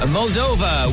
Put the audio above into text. Moldova